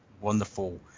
wonderful